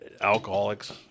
alcoholics